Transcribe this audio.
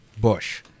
Bush